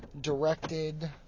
directed